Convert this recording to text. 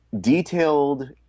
detailed